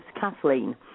Kathleen